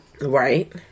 Right